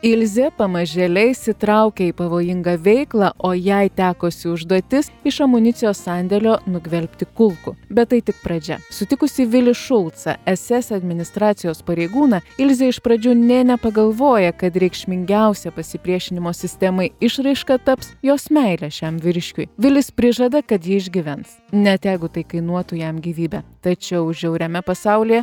ilzė pamažėle įsitraukia į pavojingą veiklą o jai tekusi užduotis iš amunicijos sandėlio nugvelbti kulkų bet tai tik pradžia sutikusi vilį šulcą ss administracijos pareigūną ilzė iš pradžių nė nepagalvoja kad reikšmingiausia pasipriešinimo sistemai išraiška taps jos meilė šiam vyriškiui vilis prižada kad ji išgyvens net jeigu tai kainuotų jam gyvybę tačiau žiauriame pasaulyje